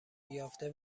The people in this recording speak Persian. یافته